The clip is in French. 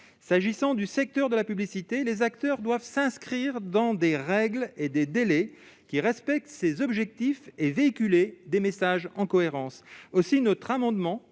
acteurs du secteur de la publicité doivent s'inscrire dans des règles et des délais qui respectent ces objectifs et véhiculer des messages en cohérence. Aussi, au travers de